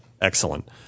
Excellent